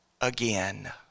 again